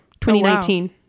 2019